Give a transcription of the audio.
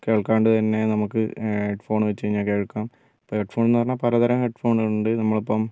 കേൾക്കാണ്ട് തന്നെ നമുക്ക് ഹെഡ്ഫോൺ വെച്ചു കഴിഞ്ഞാൽ കേൾക്കാം ഇപ്പോൾ ഹെഡ്ഫോൺ എന്ന് പറഞ്ഞാൽ പലതരം ഹെഡ്ഫോണുകൾ ഉണ്ട് നമ്മൾ ഇപ്പം